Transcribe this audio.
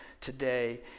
today